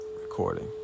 recording